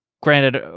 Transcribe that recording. granted